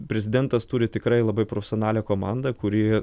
prezidentas turi tikrai labai profesionalią komandą kuri